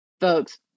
folks